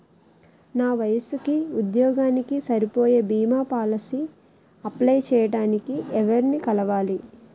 నా వయసుకి, ఉద్యోగానికి సరిపోయే భీమా పోలసీ అప్లయ్ చేయటానికి ఎవరిని కలవాలి?